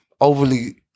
overly